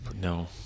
No